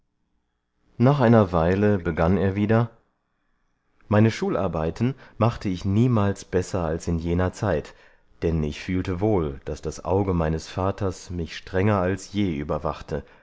nach einer weile begann er wieder meine schularbeiten machte ich niemals besser als in jener zeit denn ich fühlte wohl daß das auge meines vaters mich strenger als je überwachte